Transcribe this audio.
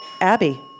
Abby